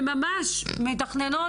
וממש תכננו